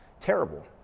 terrible